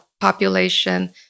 population